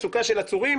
מצוקה של עצורים,